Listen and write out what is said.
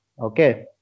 Okay